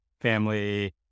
family